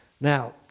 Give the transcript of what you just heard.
Now